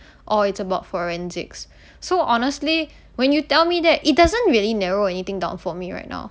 or it's about forensics so honestly when you tell me that it doesn't really narrow anything down for me right now